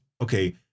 okay